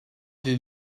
les